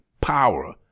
Power